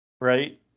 right